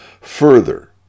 Further